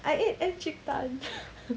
I ate encik tan